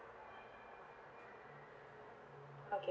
okay